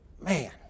man